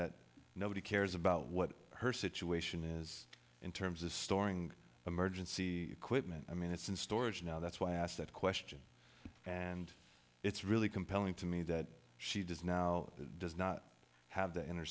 that nobody cares about what her situation is in terms of storing emergency equipment i mean it's in storage now that's why i asked that question and it's really compelling to me that she does now does not have the inner